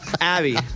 Abby